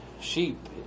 sheep